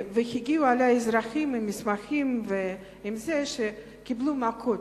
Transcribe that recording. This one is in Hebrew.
והגיעו אלי אזרחים עם מסמכים ועם זה שקיבלו מכות,